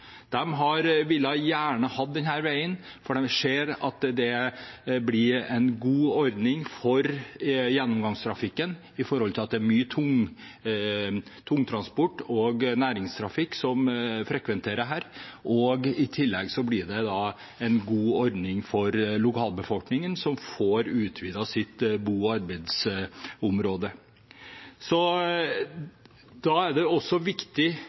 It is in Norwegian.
gjerne ha denne veien, for de ser at det blir en god ordning for gjennomgangstrafikken med tanke på at det er mye tungtransport og næringstrafikk som frekventerer her, og i tillegg blir det en god ordning for lokalbefolkningen, som får utvidet sitt bo- og arbeidsområde. Da er det også viktig